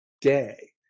day